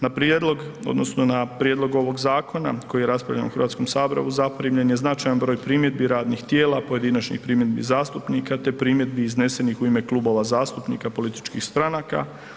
Na prijedlog, odnosno na prijedlog ovog zakona koji je raspravljan u Hrvatskom saboru zaprimljen je značajan broj primjedbi radnih tijela, pojedinačnih primjedbi zastupnika te primjedbi iznesenih u ime klubova zastupnika, političkih stranaka.